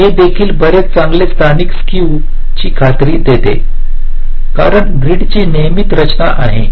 आणि हे देखील बरेच चांगले स्थानिक स्क्यूची खात्री देते कारण ग्रीड ही नियमित रचना आहे